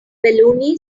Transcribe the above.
baloney